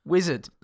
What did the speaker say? Wizard